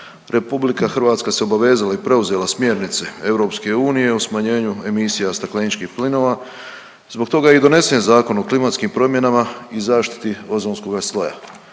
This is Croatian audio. plinova. RH se obavezala i preuzela smjernice EU o smanjenju emisija stakleničkih plinova. Zbog toga je i donesen Zakon o klimatskim promjenama i zaštiti ozonskoga sloja.